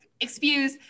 excuse